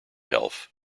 health